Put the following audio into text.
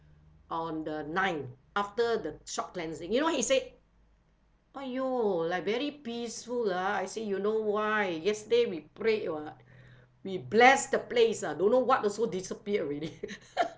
on the ninth after the shop cleansing you know what he said !aiyo! like very peaceful ah I say you know why yesterday we prayed [what] we blessed the place ah don't know what also disappeared already